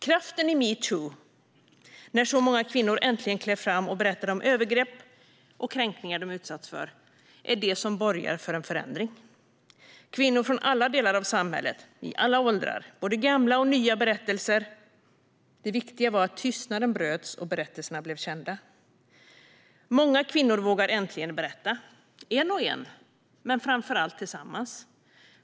Kraften i metoo - när så många kvinnor äntligen klev fram och berättade om övergrepp och kränkningar de utsatts för - är det som borgar för en förändring. Det var kvinnor från alla delar av samhället och i alla åldrar, och det var både gamla och nya berättelser. Det viktiga var att tystnaden bröts och att berättelserna blev kända. Många kvinnor vågar äntligen berätta, en och en, men framför allt tillsammans.